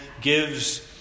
gives